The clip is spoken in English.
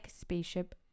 spaceship